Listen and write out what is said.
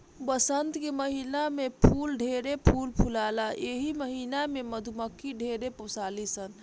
वसंत के महिना में फूल ढेरे फूल फुलाला एही महिना में मधुमक्खी ढेर पोसली सन